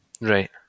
Right